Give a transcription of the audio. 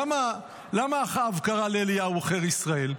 למה אחאב קרא לאליהו עוכר ישראל?